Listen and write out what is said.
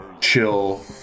chill